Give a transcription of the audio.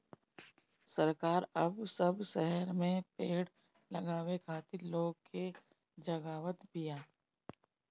सरकार अब सब शहर में पेड़ लगावे खातिर लोग के जगावत बिया